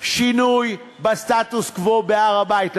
שינוי בסטטוס-קוו בהר-הבית.